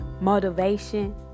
motivation